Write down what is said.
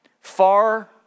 Far